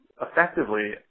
effectively